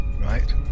Right